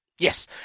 Yes